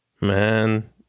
Man